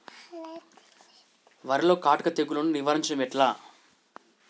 వరిలో కాటుక తెగుళ్లను నివారించడం ఎట్లా?